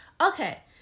Okay